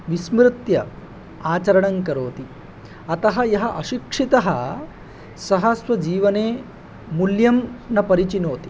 विस्मृत्य आचरणं करोति अतः यः अशिक्षितः सः स्वजीवने मूल्यं न परिचिनोति